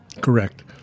Correct